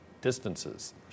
distances